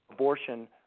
Abortion